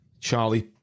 Charlie